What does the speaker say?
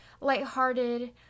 lighthearted